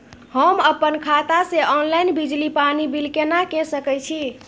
हम अपन खाता से ऑनलाइन बिजली पानी बिल केना के सकै छी?